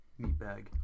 Meatbag